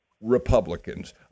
Republicans